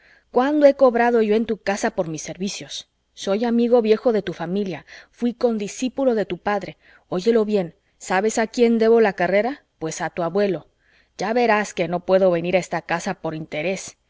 cuándo he cobrado yo en tu casa por mis servicios soy amigo viejo de tu familia fuí condiscípulo de tu padre oyelo bien sabes a quién debo la carrera pues a tu abuelo ya verás que no puedo venir a esta casa por interés